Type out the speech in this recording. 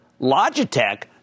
Logitech